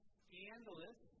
scandalous